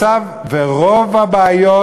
ורוב הבעיות,